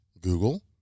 Google